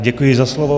Děkuji za slovo.